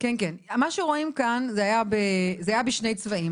כאן את 2016,